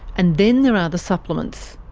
and then there are the supplements.